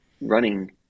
Running